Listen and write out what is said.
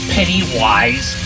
Pennywise